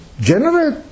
General